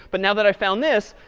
but now that i found this,